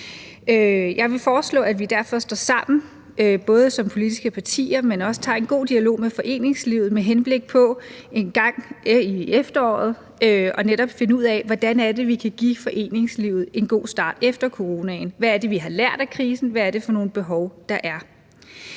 Jeg vil foreslå, at vi derfor står sammen som politiske partier, men også tager en god dialog med foreningslivet med henblik på engang i efteråret netop at finde ud af, hvordan vi kan give foreningslivet en god start efter coronaen. Hvad er det, vi har lært af krisen? Hvad er det for nogle behov, der er?